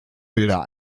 bilder